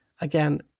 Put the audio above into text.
Again